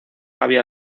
había